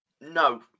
No